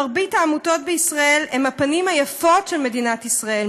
מרבית העמותות בישראל הן הפנים היפות של מדינת ישראל,